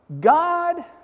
God